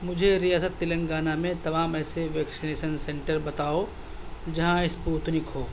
مجھے ریاست تلنگانہ میں تمام ایسے ویکسینیشن سنٹر بتاؤ جہاں اسپوتنک ہو